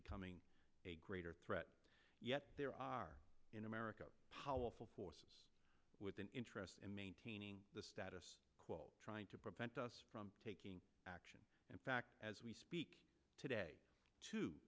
becoming a greater threat yet there are in america powerful forces with an interest in maintaining the status quo trying to prevent us from taking action in fact as we speak today to